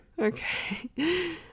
Okay